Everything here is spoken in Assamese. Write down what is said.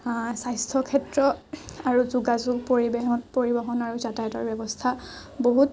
স্বাস্থ্য ক্ষেত্ৰ আৰু যোগাযোগ পৰিৱহণ পৰিৱহণ আৰু যাতায়তৰ ব্যৱস্থা বহুত